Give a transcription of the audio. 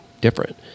different